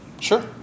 Sure